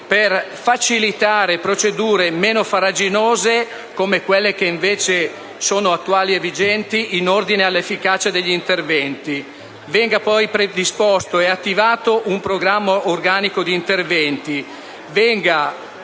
per facilitare procedure meno farraginose, come invece quelle attuali e vigenti, in ordine all'efficacia degli interventi; di predisporre e attivare un programma organico di interventi